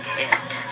hit